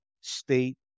state